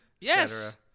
Yes